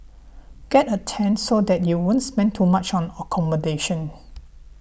get a tent so that you won't spend too much on accommodations